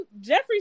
Jeffrey